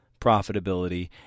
profitability